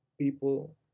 people